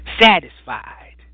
satisfied